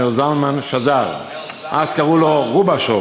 שניאור זלמן שזר, אז קראו לו רובשוב.